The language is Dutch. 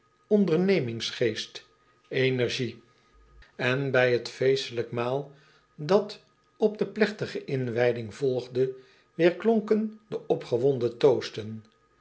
ondernemingsgeest energie en bij het feestelijk maal dat op de plegtige inwijding volgde weerklonken de opgewonden toasten